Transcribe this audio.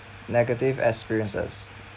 negative experiences